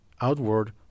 outward